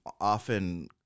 often